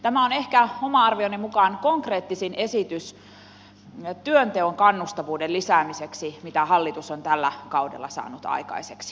tämä on ehkä oman arvioni mukaan konkreettisin esitys työnteon kannustavuuden lisäämiseksi mitä hallitus on tällä kaudella saanut aikaiseksi